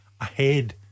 Ahead